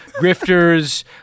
grifters